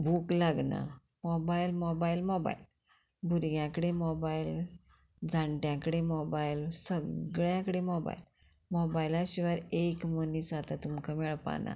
भूक लागना mobile mobile mobile भुरग्यां कडे मोबायल जाणट्या कडे मोबायल सगळ्या कडेन मोबायल मोबायला शिवाय एक मनीस आतां तुमकां मेळपा ना